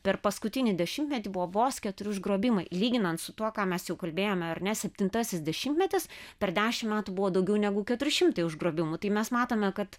per paskutinį dešimtmetį buvo vos keturi užgrobimai lyginant su tuo ką mes jau kalbėjome ar ne septintasis dešimtmetis per dešim metų buvo daugiau negu keturi šimtai užgrobimų tai mes matome kad